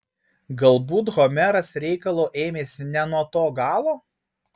galbūt homeras reikalo ėmėsi ne nuo to galo